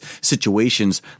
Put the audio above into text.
situations